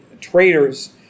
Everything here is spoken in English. Traders